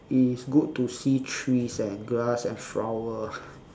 it is good to see trees and grass and flower